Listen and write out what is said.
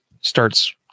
starts